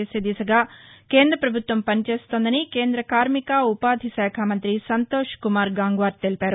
చేసే దిశగా కేంద్ర పభుత్వం వని చేస్తోందని కేంద్ర కార్మిక ఉపాధి శాఖ మంతి సంతోష్ కుమార్ గాంగ్వార్ తెలిపారు